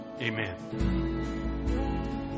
amen